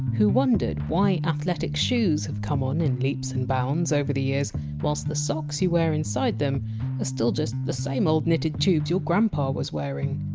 who wondered why athletic shoes have come on in leaps and bounds over the years while the socks you wear inside them are still just the same old knitted tubes your grandpa was wearing.